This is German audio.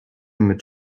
mit